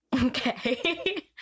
Okay